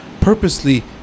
purposely